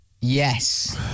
Yes